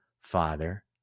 Father